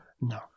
No